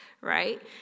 right